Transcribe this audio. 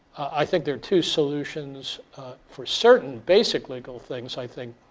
i think there are two solutions for certain basic legal things i think,